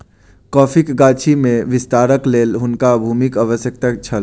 कॉफ़ीक गाछी में विस्तारक लेल हुनका भूमिक आवश्यकता छल